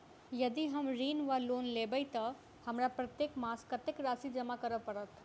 यदि हम ऋण वा लोन लेबै तऽ हमरा प्रत्येक मास कत्तेक राशि जमा करऽ पड़त?